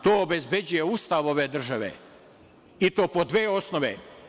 To obezbeđuje Ustav ove države, i to po dve osnove.